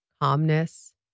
calmness